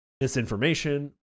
misinformation